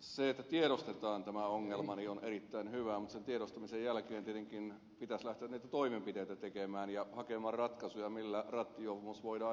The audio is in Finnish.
se että tiedostetaan tämä ongelma on erittäin hyvä mutta sen tiedostamisen jälkeen tietenkin pitäisi lähteä niitä toimenpiteitä tekemään ja hakemaan ratkaisuja millä rattijuopumus voidaan estää